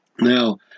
Now